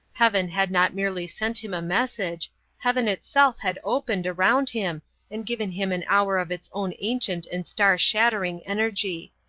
heaven had not merely sent him a message heaven itself had opened around him and given him an hour of its own ancient and star-shattering energy.